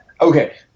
Okay